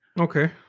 Okay